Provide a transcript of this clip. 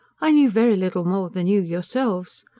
i knew very little more than you yourselves.